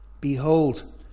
Behold